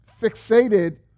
fixated